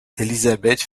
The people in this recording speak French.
elizabeth